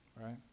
right